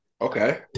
Okay